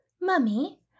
Mummy